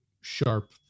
sharp